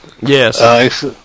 Yes